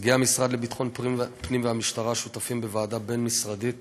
נציגי המשרד לביטחון הפנים והמשטרה שותפים בוועדה בין-משרדית